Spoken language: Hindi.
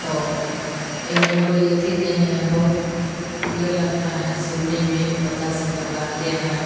तो इस में कोई अथी नहीं है बहुत प्रिय लगता है सुनने में बच्चा सब जो गाते हैं